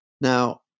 Now